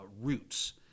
roots